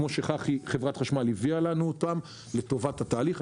כמו שחברת החשמל הביאה לנו אותן לטובת התהליך.